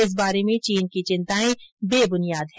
इस बारे में चीन की चिंताएं बेब्नियाद हैं